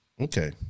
Okay